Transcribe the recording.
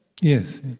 Yes